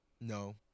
No